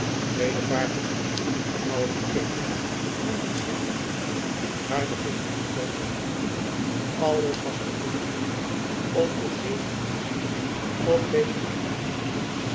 bedevaarten naar onze lieve vrouwe van kevelaar en van scherpenheuvel ruime giften aan kloosters en kapellen alles was beproefd geweest om den zegen des hemels op dezen echt te verkrijgen